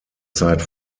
zeit